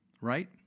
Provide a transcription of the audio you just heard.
right